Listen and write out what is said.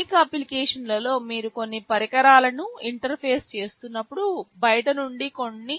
అనేక అప్లికేషన్లలో మీరు కొన్ని పరికరాలను ఇంటర్ఫేస్ చేస్తున్నప్పుడు బయటి నుండి కొన్ని